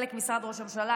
חלק משרד ראש הממשלה,